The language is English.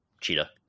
Cheetah